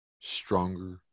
stronger